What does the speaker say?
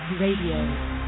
Radio